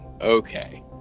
Okay